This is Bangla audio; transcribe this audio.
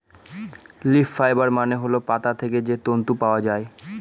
লিফ ফাইবার মানে হল পাতা থেকে যে তন্তু পাওয়া যায়